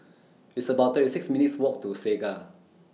It's about thirty six minutes' Walk to Segar